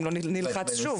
אם לא אנחנו נלחץ שוב.